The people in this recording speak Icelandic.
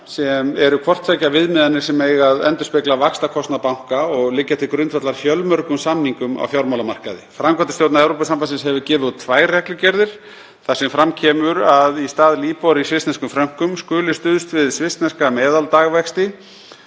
sem eru hvort tveggja viðmiðanir sem eiga að endurspegla vaxtakostnað banka og liggja til grundvallar fjölmörgum samningum á fjármálamarkaði. Framkvæmdastjórn Evrópusambandsins hefur gefið út tvær reglugerðir þar sem fram kemur að í stað Libor í svissneskum frönkum skuli stuðst við svissneska meðaldagvexti